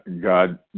God